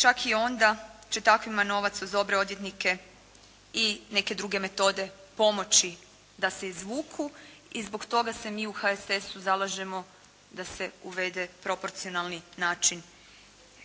Čak i onda će takvima novac uz dobre odvjetnike i neke druge metode pomoći da se izvuku i zbog toga se mi u HSS-u zalažemo da se uvede proporcionalni način